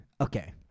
Okay